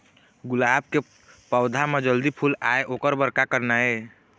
गुलाब के पौधा म जल्दी फूल आय ओकर बर का करना ये?